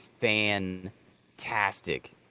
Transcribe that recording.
fantastic